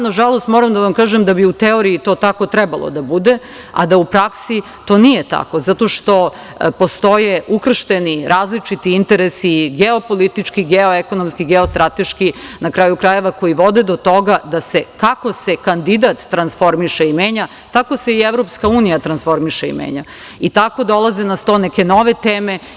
Nažalost, ja moram da vam kažem da bi u teoriji to tako trebalo da bude, a da u praksi to nije tako zato što postoje ukršteni, različiti interesi, geopolitički, geoekonomski, geostrateški, na kraju krajeva, koji vode do toga da se kako se kandidat transformiše i menja, tako se i EU transformiše i menja i tako dolaze na sto neke nove teme